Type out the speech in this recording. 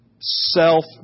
self